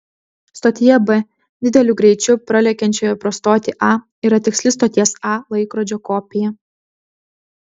stotyje b dideliu greičiu pralekiančioje pro stotį a yra tiksli stoties a laikrodžio kopija